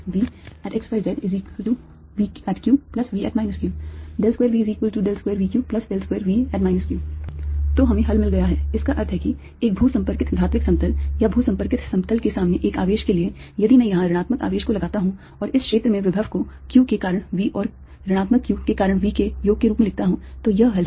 VxyzVqV q 2V2Vq2V q तो हमें हल मिल गया है इसका अर्थ है कि एक भू संपर्कित धात्विक समतल या भू संपर्कित समतल के सामने एक आवेश के लिए यदि मैं यहां ऋणात्मक आवेश को लगाता हूं और इस क्षेत्र में विभव को q के कारण V और ऋणात्मक q के कारण V के योग के रूप में लिखता हूं तो यह हल है